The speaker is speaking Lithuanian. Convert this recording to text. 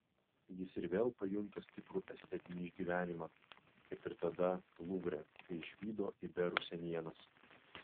jis ir vėl pajunta stiprų estetinį išgyvenimą kaip ir tada luvre kai išvydo iberų senienas